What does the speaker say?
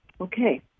Okay